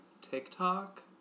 TikTok